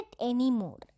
anymore